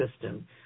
system